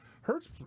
Hurts